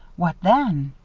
what then?